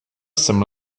some